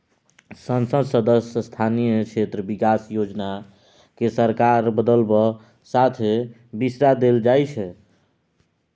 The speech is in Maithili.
संसद सदस्य स्थानीय क्षेत्र बिकास योजना केँ सरकार बदलब साथे बिसरा देल जाइ छै